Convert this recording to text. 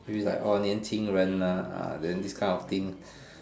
will be like 年轻人 ah then this kind of thing